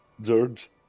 George